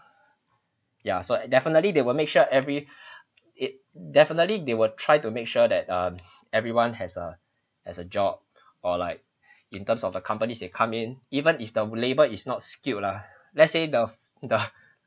ya so definitely they will make sure every it definitely they will try to make sure that um everyone has a has a job or like in terms of the companies they come in even if the labour is not skilled lah let's say the the